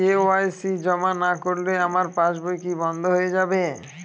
KYC জমা না করলে আমার পাসবই কি বন্ধ হয়ে যাবে?